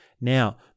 now